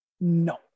No